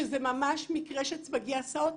שזה ממש מקרה שמגיעה הסעה,